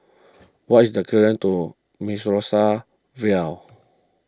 what is the document to Mimosa Vale